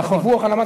דיווח על המס,